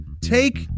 take